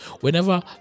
Whenever